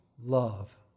love